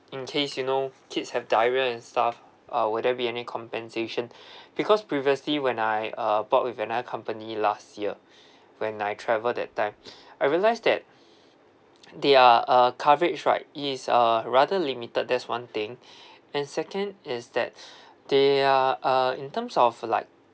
in case you know kids have diarrhoea and stuff uh will there be any compensation because previously when I uh bought with another company last year when I travel that time I realise that their uh coverage right is uh rather limited that's one thing and second is that they are uh in terms of like